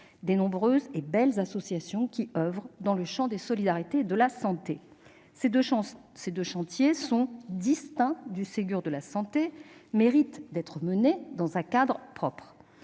des nombreuses et belles associations qui oeuvrent dans le champ des solidarités et de la santé. Ces deux chantiers sont distincts du Ségur de la santé et méritent d'être menés dans un cadre